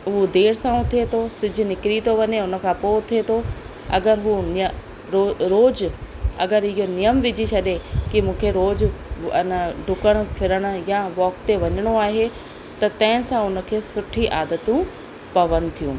उहो देरि सां उथे थो सिजु निकिरी थो वञे हुन खां पोइ उथे थो अगरि उहो रो रोज़ु अगरि नियम विझी छॾे की मूंखे रोज़ु अञा डुकण फिरण या वॉक ते वञिणो आहे त तंहिं असां हुनखे सुठी आदतू पवन थियूं